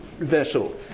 vessel